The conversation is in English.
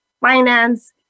finance